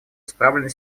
исправлены